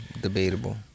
debatable